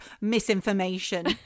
misinformation